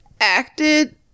acted